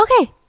okay